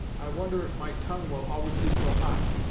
i wonder if my tongue will always be so hot!